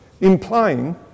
implying